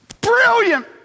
Brilliant